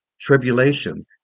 tribulation